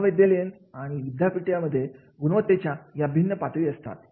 महाविद्यालय व विद्यापीठांमध्ये गुणवत्तेच्या या भिन्न पातळी असतात